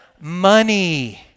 money